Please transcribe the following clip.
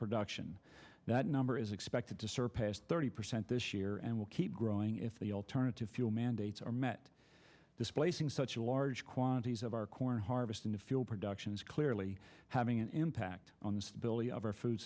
production that number is expected to surpass thirty percent this year and will keep growing if the alternative fuel mandates are met displacing such a large quantities of our corn harvest into fuel production is clearly having an impact on the stability of our food